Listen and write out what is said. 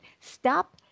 stop